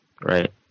right